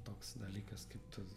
toks dalykas kaip tu